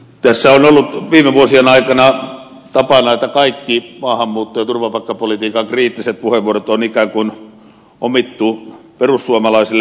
tässä on ollut viime vuosien aikana tapana että kaikki maahanmuutto ja turvapaikkapolitiikan kriittiset puheenvuorot on ikään kuin omittu perussuomalaisille